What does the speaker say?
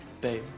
babe